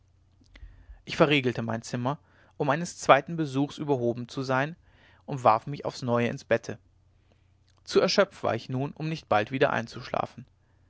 ich verriegelte mein zimmer um eines zweiten besuchs überhoben zu sein und warf mich aufs neue ins bette zu erschöpft war ich nun um nicht bald wieder einzuschlafen